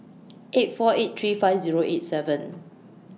eight four eight three five Zero eight seven